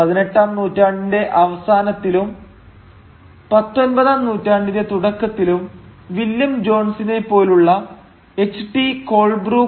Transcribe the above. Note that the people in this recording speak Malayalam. പതിനെട്ടാം നൂറ്റാണ്ടിന്റെ അവസാനത്തിലും പത്തൊമ്പതാം നൂറ്റാണ്ടിന്റെ തുടക്കത്തിലും വില്യം ജോൺസിനെ പോലുള്ള എച് ടി കോൾബ്രൂക് H